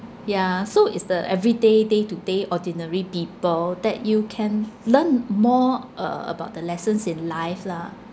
ya so is the everyday day to day ordinary people that you can learn more uh about the lessons in life lah